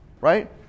right